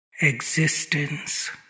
existence